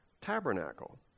tabernacle